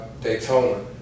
Daytona